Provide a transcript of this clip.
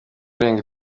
urenga